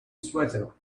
sweater